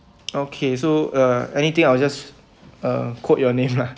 okay so uh anything I will just uh quote your name lah